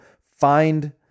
find